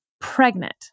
pregnant